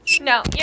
no